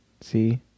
See